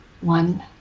One